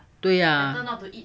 对呀